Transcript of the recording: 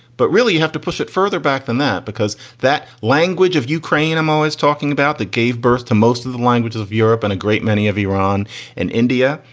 but really, you have to push it further back than that, because that language of ukraine, i'm always talking about the gave birth to most of the languages of europe and a great many of iran and india.